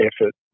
effort